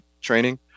training